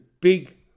big